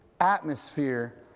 atmosphere